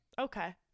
Okay